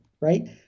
right